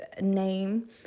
name